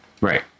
Right